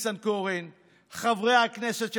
חבר הכנסת ניסנקורן,